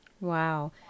Wow